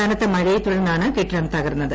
കനത്ത മഴയെ തുടർന്നാണ് കെട്ടിടം തകർന്നത്